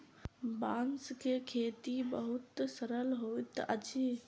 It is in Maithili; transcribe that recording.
बांस के खेती बहुत सरल होइत अछि